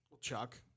Chuck